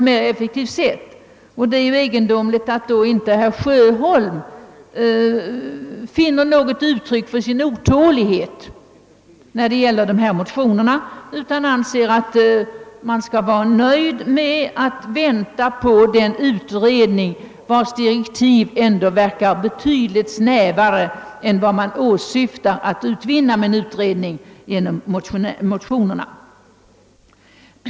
Men då är det egendomligt att herr Sjöholms själv inte har givit uttryck åt denna sin otålighet genom att ansluta sig till de väckta motionerna utan anser att vi skall vänta på resultatet av den utredning vars direktiv ändå verkar betydligt snävare än vad som åsyftas i motionerna.